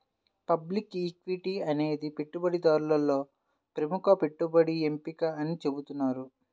public equity అనేది పెట్టుబడిదారులలో ప్రముఖ పెట్టుబడి ఎంపిక అని చెబుతున్నారు